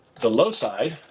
the low side,